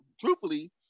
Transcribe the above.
Truthfully